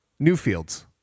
Newfields